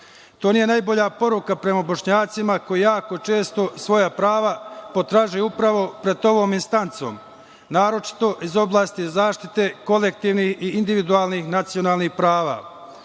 nije najbolja poruka prema Bošnjacima koji jako često svoja prava potražuju upravo pred ovom instancom, naročito iz oblasti zaštite kolektivnih i individualnih nacionalnih prava.